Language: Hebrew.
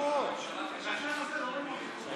57. הצעת החוק לא עברה,